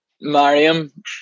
Mariam